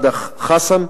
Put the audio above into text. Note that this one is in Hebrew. מדאח חסאן,